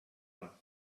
them